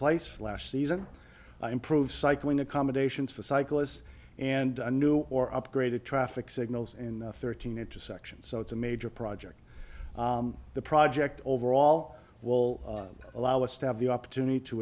place flash season improve cycling accommodations for cyclists and new or upgraded traffic signals in thirteen intersections so it's a major project the project overall will allow us to have the opportunity to